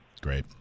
Great